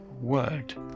word